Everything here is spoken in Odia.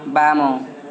ବାମ